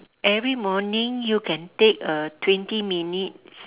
every morning you can take a twenty minutes